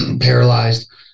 paralyzed